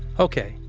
ok.